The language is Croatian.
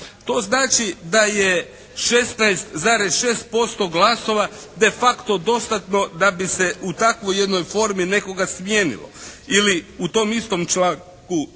To znači da je 16,6% glasova de facto dostatno da bi se u takvoj jednoj formi nekoga smijenilo ili ili u tom istom članku stavak